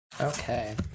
Okay